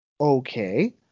okay